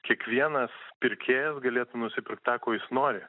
kiekvienas pirkėjas galėtų nusipirkt tą ko jis nori